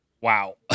Wow